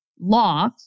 law